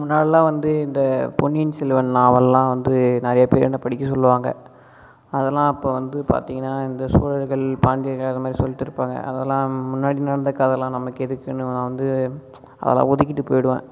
இதுக்கு முன்னாடியெலாம் வந்து இந்த பொன்னியின் செல்வன் நாவலெல்லாம் வந்து நிறைய பேர் என்னை படிக்க சொல்லுவாங்க அதெல்லாம் அப்போ வந்து பார்த்திங்கனா இந்த சோழர்கள் பாண்டியர்கள் அதுமாதிரி சொல்லிகிட்டுருப்பாங்க அதெல்லாம் முன்னாடி நடந்த கதையெலாம் நமக்கு எதுக்குன்னு நான் வந்து அதெல்லாம் ஒதிக்கிட்டு போயிடுவேன்